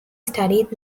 studied